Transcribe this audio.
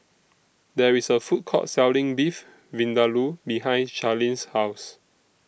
There IS A Food Court Selling Beef Vindaloo behind Charlene's House